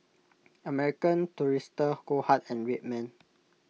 American Tourister Goldheart and Red Man